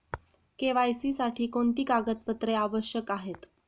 KYC साठी कोणती कागदपत्रे आवश्यक आहेत?